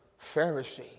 Pharisee